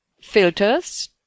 filters